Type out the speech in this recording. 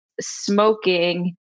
smoking